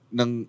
ng